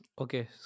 Okay